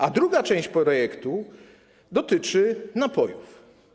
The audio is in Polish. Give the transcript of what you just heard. A druga część projektu dotyczy napojów.